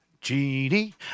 Genie